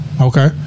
Okay